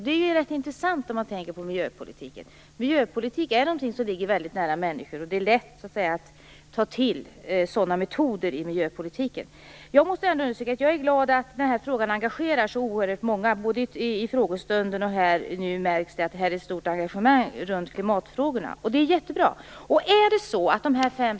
Det är rätt intressant att miljöpolitik ligger väldigt nära människor, och det är lätt att ta till sådana metoder i miljöpolitiken. Jag måste ändå understryka att jag är glad att denna fråga engagerar så oerhört många. Både under frågestunden och här märktes det att det finns ett stort engagemang runt klimatfrågorna. Det är jättebra.